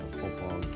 football